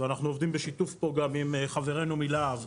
ואנחנו עובדים פה בשיתוף עם חברינו מלה"ב.